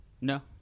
No